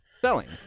Selling